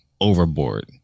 overboard